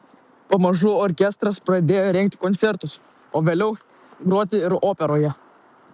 pamažu orkestras pradėjo rengti koncertus o vėliau groti ir operoje